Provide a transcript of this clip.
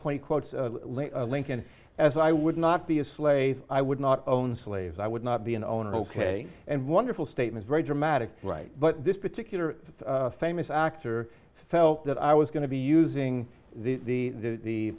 point quote lincoln as i would not be a slave i would not own slaves i would not be an owner ok and wonderful statement very dramatic right but this particular famous actor felt that i was going to be using the